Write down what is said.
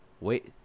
wait